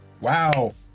wow